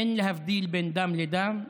אין להבדיל בין דם לדם.